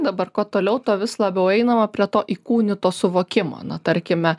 dabar kuo toliau tuo vis labiau einama prie to įkūnyto suvokimo na tarkime